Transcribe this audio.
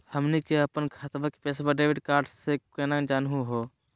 हमनी के अपन खतवा के पैसवा डेबिट कार्ड से केना जानहु हो?